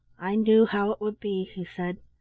i know how it would be, he said.